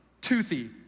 toothy